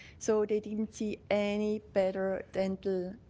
so they didn't see any better dental